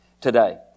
today